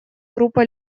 группа